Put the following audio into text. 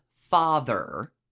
father